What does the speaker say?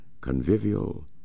convivial